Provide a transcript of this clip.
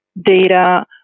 data